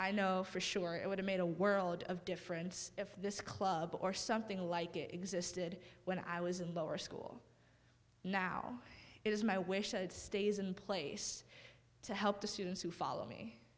i know for sure it would have made a world of difference if this club or something like it existed when i was in lower school now it is my wish and stays in place to help the students who follow me